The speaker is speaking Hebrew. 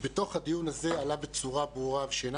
בתוך הדיון הזה עלה בצורה ברורה ושאינה